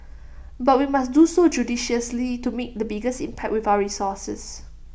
but we must do so judiciously to make the biggest impact with our resources